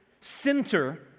center